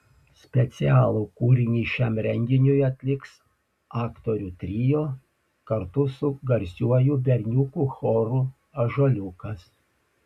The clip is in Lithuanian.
specialų kūrinį šiam renginiui atliks aktorių trio kartu su garsiuoju berniukų choru ąžuoliukas